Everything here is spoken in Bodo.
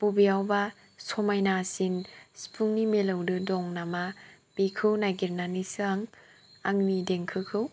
बबेयावबा समायनासिन सिफुंनि मिलौदो दं नामा बिखौ नागिरनानैसो आं आंनि देंखोखौ